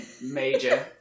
major